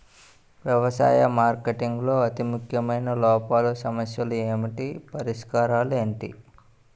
వ్యవసాయ మార్కెటింగ్ లో అతి ముఖ్యమైన లోపాలు సమస్యలు ఏమిటి పరిష్కారాలు ఏంటి?